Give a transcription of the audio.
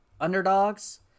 underdogs